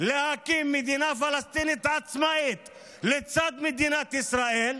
להקים מדינה פלסטינית עצמאית לצד מדינת ישראל,